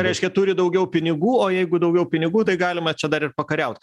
reiškia turi daugiau pinigų o jeigu daugiau pinigų tai galima čia dar ir pakariaut